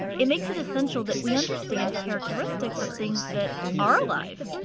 it makes it essential that we understand characteristics of things that are alive.